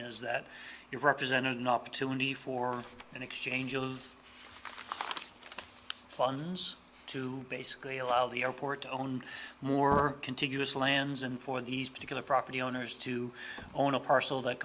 is that it represented an opportunity for an exchange of funds to basically allow the airport to own more contiguous lands and for these particular property owners to own a parcel that